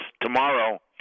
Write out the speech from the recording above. tomorrow